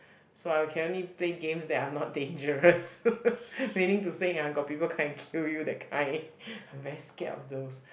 so I can only play games that are not dangerous meaning to say ah got people come and kill you that kind I'm very scared of those